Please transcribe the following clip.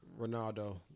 Ronaldo